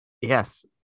Yes